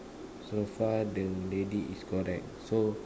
so far the lady is correct so